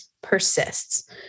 persists